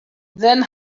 then